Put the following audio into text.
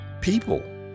people